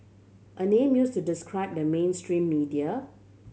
a name used to describe the mainstream media